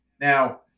Now